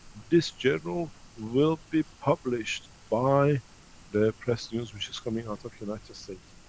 this journal will be published, by the press news which is coming out of united state.